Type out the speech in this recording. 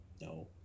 No